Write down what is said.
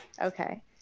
Okay